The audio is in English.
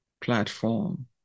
platform